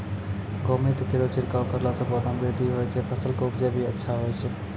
गौमूत्र केरो छिड़काव करला से पौधा मे बृद्धि होय छै फसल के उपजे भी अच्छा होय छै?